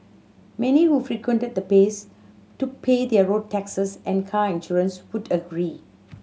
many who frequented the place to pay their road taxes and car insurance would agree